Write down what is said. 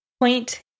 point